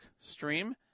stream